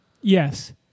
Yes